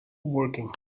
working